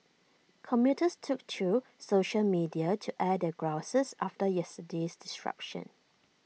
commuters took to social media to air their grouses after yesterday's disruption